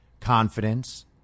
confidence